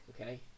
okay